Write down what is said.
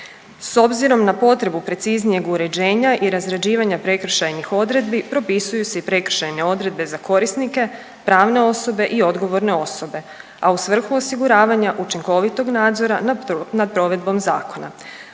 S obzirom na potrebu preciznijeg uređenja i razrađivanja prekršajnih odredbi propisuju se i prekršajne odredbe za korisnike pravne osobe i odgovorne osobe, a u svrhu osiguravanja učinkovitog nadzora nad provedbom zakona.